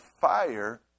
fire